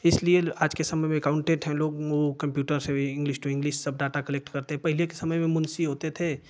इसलिए आजके समय में एकाउन्टेन्ट हैं लोग वो कंप्युटर से इंगलिश टु इंगलिश सब डाटा कलेक्ट करते हैं पहले के समय में मुंशी होते थे